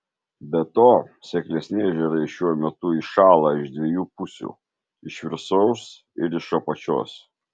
be to seklesni ežerai šiuo metu įšąla iš dviejų pusių iš viršaus ir iš apačios